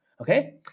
Okay